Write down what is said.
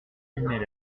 humait